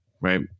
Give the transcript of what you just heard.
right